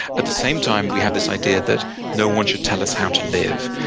at the same time, we have this idea that no one should tell us how to live.